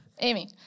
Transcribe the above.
Amy